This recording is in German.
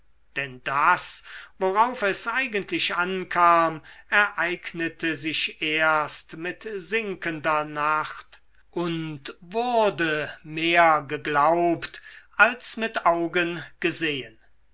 denn das worauf es eigentlich ankam ereignete sich erst mit sinkender nacht und wurde mehr geglaubt als mit augen gesehen